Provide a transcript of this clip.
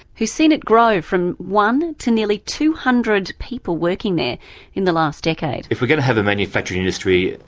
who is seen it grow from one to nearly two hundred people working there in the last decade. if we're going to have a manufacturing industry,